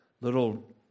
little